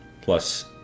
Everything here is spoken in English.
plus